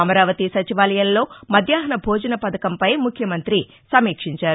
అమరావతి సచివాలయంలో మధ్యాహ్న భోజన పథకంపై ముఖ్యమంతి సమీక్షించారు